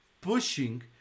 pushing